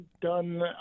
done